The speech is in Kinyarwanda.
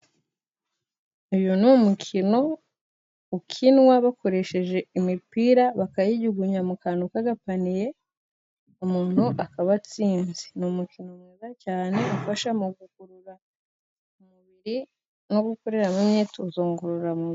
Uyu ni umukino ukinwa bakoresheje imipira bakayijugunya mu kantu k'agapaniye umuntu akaba atsinze. Ni umukino mwiza cyane ufasha mu gukurura umubiri no gukoreramo imyitozo ngororamubiri.